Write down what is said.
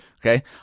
Okay